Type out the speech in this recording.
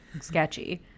sketchy